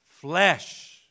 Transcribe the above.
Flesh